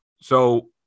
So-